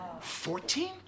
Fourteen